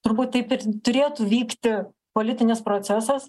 turbūt taip ir turėtų vykti politinis procesas